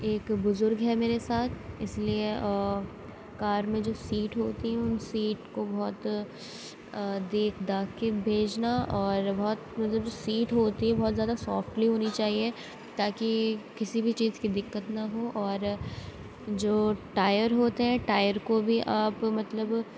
ایک بزرگ ہے میرے ساتھ اِس لیے کار میں جو سیٹ ہوتی ہے اُن سیٹ کو بہت دیکھ داکھ کے بھیجنا اور بہت مطلب جو سیٹ ہوتی ہے بہت زیادہ سوٖفٹلی ہونی چاہیے تاکہ کسی بھی چیز کی دقت نہ ہو اور جو ٹائر ہوتے ہیں ٹائر کو بھی آپ مطلب